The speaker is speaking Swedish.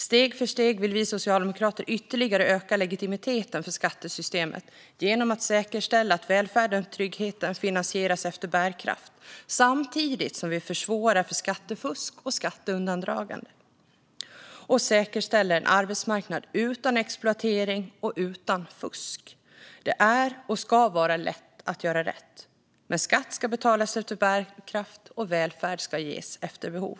Steg för steg vill vi socialdemokrater ytterligare öka legitimiteten för skattesystemet genom att säkerställa att välfärden och tryggheten finansieras efter bärkraft, samtidigt som vi försvårar för skattefusk och skatteundandragande och säkerställer en arbetsmarknad utan exploatering och utan fusk. Det är och ska vara lätt att göra rätt, men skatt ska betalas efter bärkraft och välfärd ges efter behov.